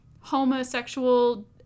homosexual